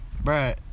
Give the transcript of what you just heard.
bro